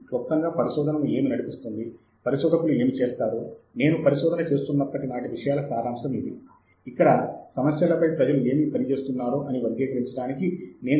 మొదటి ఇరవై నిమిషాలు సాహిత్య శోధన యొక్క నేపథ్యం పై స్లైడ్లను ఉపయోగించి విశదీకరిస్తాను